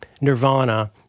nirvana